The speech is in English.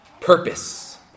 purpose